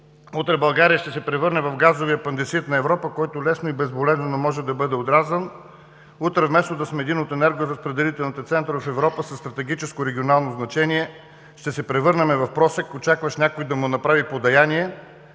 утре, България ще се превърне в газовия апендицит на Европа, който лесно и безболезнено може да бъде отрязан; утре, вместо да сме един от енергоразпределителните центрове в Европа със стратегическо регионално значение, ще се превърнем в просяк, очакващ някой да му направи подаяние.